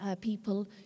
People